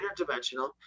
interdimensional